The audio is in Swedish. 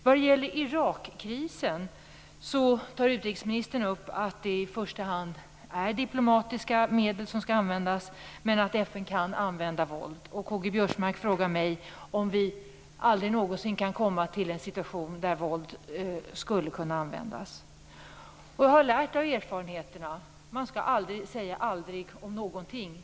Vad gäller Irakkrisen tar utrikesministern upp att det i första hand är diplomatiska medel som skall användas men att FN kan använda våld. K-G Biörsmark frågar mig om vi aldrig någonsin kan komma till en situation där vi accepterar att våld skulle kunna användas. Jag har lärt mig av erfarenheterna att man aldrig skall säga aldrig om någonting.